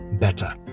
better